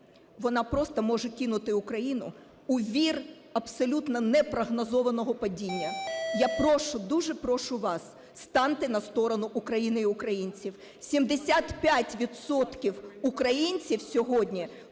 вона просто може кинути Україну у вир абсолютно непрогнозованого падіння. Я прошу, дуже прошу вас, станьте на сторону України і українців. 75 відсотків українців сьогодні